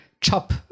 chop